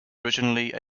originally